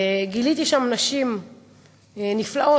גיליתי שם נשים נפלאות,